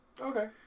Okay